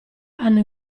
hanno